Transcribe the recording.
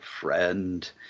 friend